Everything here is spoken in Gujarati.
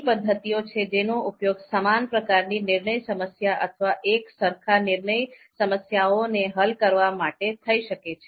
ઘણી પદ્ધતિઓ છે જેનો ઉપયોગ સમાન પ્રકારની નિર્ણય સમસ્યા અથવા એક સરખા નિર્ણય સમસ્યાઓ ને હલ કરવા માટે થઈ શકે છે